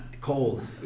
Cold